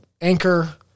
anchor